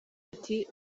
ati